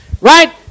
right